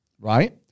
Right